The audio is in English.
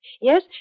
Yes